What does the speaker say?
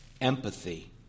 empathy